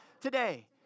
today